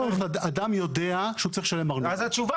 אדם יודע שהוא צריך לשלם ארנונה --- ואז התשובה